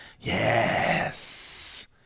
Yes